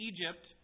Egypt